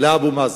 לאבו מאזן.